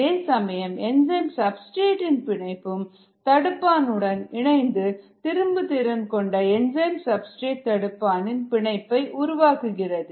அதேசமயம் enzyme substrate இன் பிணைப்பும் தடுப்பான் உடன் இணைந்து திரும்புதிறன்கொண்ட என்சைம் சப்ஸ்டிரேட் தடுப்பான் இன் பிணைப்பை உருவாக்குகிறது